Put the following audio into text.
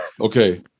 Okay